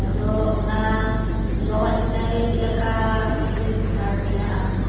ᱟᱫᱚ ᱚᱱᱟ ᱡᱚᱢᱟᱜ ᱪᱮᱛᱟᱱ ᱨᱮ ᱪᱮᱫ ᱞᱮᱠᱟ ᱵᱤᱥᱮᱥ ᱪᱷᱟᱹᱲ ᱢᱮᱱᱟᱜᱼᱟ